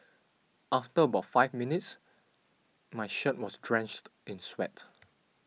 after about five minutes my shirt was drenched in sweat